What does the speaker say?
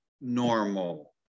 normal